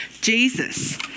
Jesus